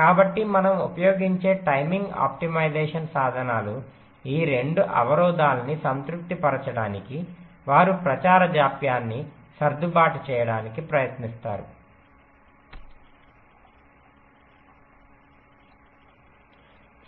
కాబట్టి మనము ఉపయోగించే టైమింగ్ ఆప్టిమైజేషన్ సాధనాలు ఈ 2 అవరోధాలని సంతృప్తి పరచడానికి వారు ప్రచార జాప్యాన్ని సర్దుబాటు చేయడానికి ప్రయత్నిస్తారు